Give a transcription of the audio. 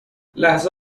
لحظه